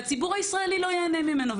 והציבור הישראלי לא ייהנה ממנו.